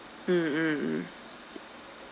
mm mm mm